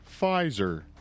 Pfizer